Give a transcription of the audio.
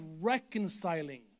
reconciling